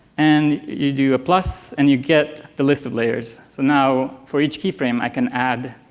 and you do a plus, and you get the list of layers. so now, for each key frame, i can add